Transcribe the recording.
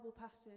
passage